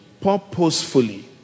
purposefully